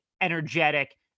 energetic